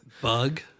Bug